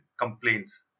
complaints